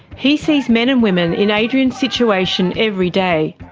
he sees men and women in adrian's situation every day.